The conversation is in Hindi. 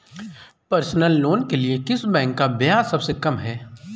पर्सनल लोंन के लिए किस बैंक का ब्याज सबसे कम है?